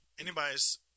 Anybody's